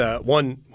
one